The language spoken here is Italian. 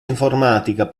informatica